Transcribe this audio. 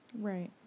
Right